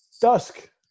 dusk